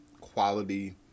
quality